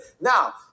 Now